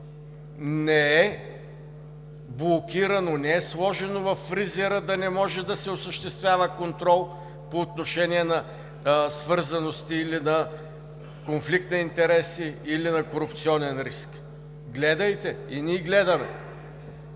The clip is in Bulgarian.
не е блокирано, не е сложено във фризера, за да не може да се осъществява контрол по отношение на свързаности или на конфликт на интереси, или на корупционен риск. Гледайте! И ние гледаме!